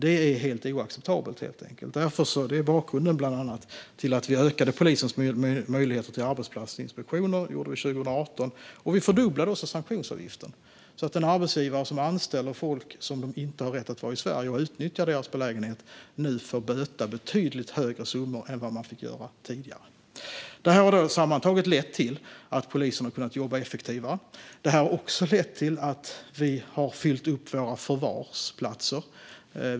Det är helt enkelt oacceptabelt, och det är bakgrunden bland annat till att vi 2018 ökade polisens möjligheter till arbetsplatsinspektioner. Vi fördubblade också sanktionsavgiften så att en arbetsgivare som anställer folk som inte har rätt att vara i Sverige och utnyttjar deras belägenhet nu får böta betydligt högre summor än tidigare. Detta har sammantaget lett till att polisen har kunnat jobba effektivare. Det har också lett till att vi har fyllt upp våra förvarsplatser.